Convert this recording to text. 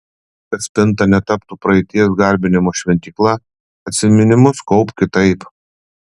kad spinta netaptų praeities garbinimo šventykla atsiminimus kaupk kitaip